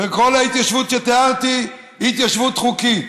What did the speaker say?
וכל ההתיישבות שתיארתי היא התיישבות חוקית.